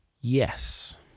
Yes